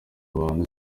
abantu